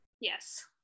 Yes